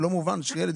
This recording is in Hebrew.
לא מובן שילד